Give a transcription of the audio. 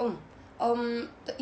oh um the